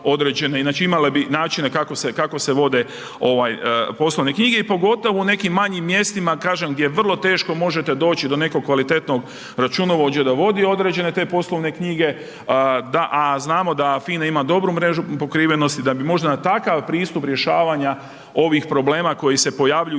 znači imala bi načine kako se, kako se vode ovaj poslovne knjige i pogotovo u nekim manjim mjestima gdje vrlo teško možete doći do nekog kvalitetnog računovođe na vodi određene te poslovne knjige, a znamo da FINA ima dobru mrežu pokrivenosti da bi možda na takav pristup rješavanja ovih problema koji se pojavljuju,